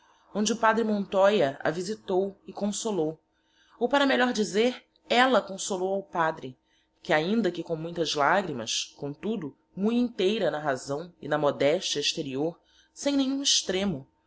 onde o padre montoya a visitou e consolou ou para melhor dizer ella consolou ao padre que ainda que com muitas lagrimas com tudo mui inteira na rasaõ e na modestia exterior sem nenhum estremo